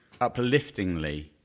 upliftingly